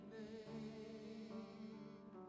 name